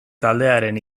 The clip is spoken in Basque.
taldearen